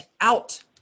out